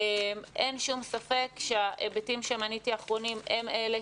אין שום ספק שההיבטים שמניתי אחרונים הם אלה